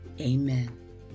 Amen